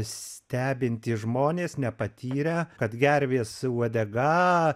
stebintys žmonės nepatyrę kad gervės uodega